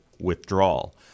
withdrawal